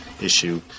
issue